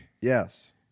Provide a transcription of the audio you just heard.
Yes